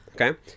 okay